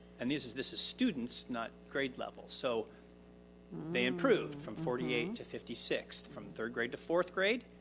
and this is this is students, not grade levels. so they they improved from forty eight to fifty six, from third grade to fourth grade.